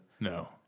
No